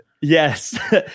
yes